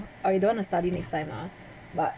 I don't want to study next time ah